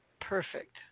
perfect